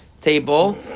table